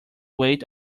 wait